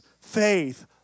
faith